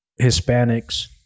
Hispanics